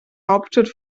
hauptstadt